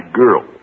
girl